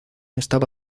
estaba